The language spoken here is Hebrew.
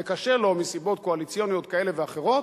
וקשה לו מסיבות קואליציוניות כאלה ואחרות,